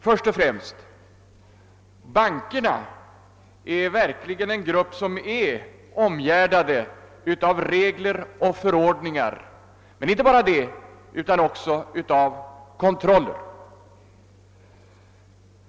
Först och främst vill jag säga att bankerna är en grupp som verkligen är omgärdad av regler och förordningar men inte bara det utan också av kontroll.